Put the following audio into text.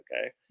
Okay